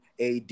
ad